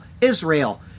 israel